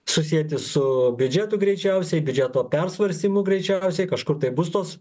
susieti su biudžetu greičiausiai biudžeto persvarstymu greičiausiai kažkur tai bus tuos